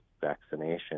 vaccination